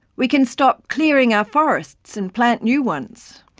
we can stop clearing our forests and plant new ones.